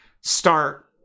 start